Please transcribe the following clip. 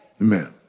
Amen